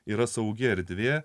yra saugi erdvė